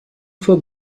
for